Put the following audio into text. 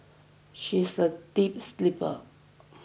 she is a deep sleeper